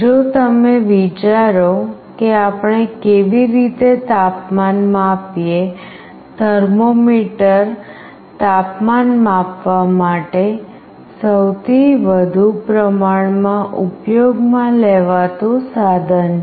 જો તમે વિચારો કે આપણે કેવી રીતે તાપમાન માપીએ થર્મોમીટર તાપમાન માપવા માટે સૌથી વધુ પ્રમાણમાં ઉપયોગમાં લેવાતું સાધન છે